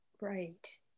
Right